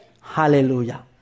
Hallelujah